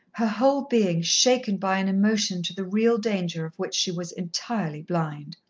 her whole being shaken by an emotion to the real danger of which she was entirely blind.